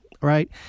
right